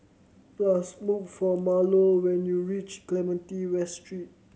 look for Marlo when you reach Clementi West Street